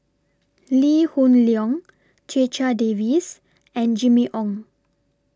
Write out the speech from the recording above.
Lee Hoon Leong Checha Davies and Jimmy Ong